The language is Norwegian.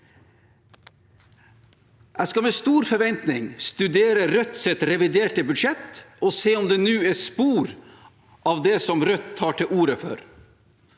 Jeg skal med stor forventning studere Rødts reviderte budsjett og se om det nå er spor av det som Rødt tar til orde for.